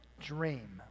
dream